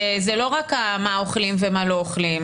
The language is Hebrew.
וזה לא רק מה אוכלים ומה לא אוכלים.